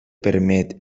permet